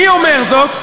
מי אומר זאת?